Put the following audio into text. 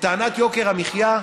טענת יוקר המחיה,